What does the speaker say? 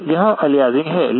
यह अलियासिंग है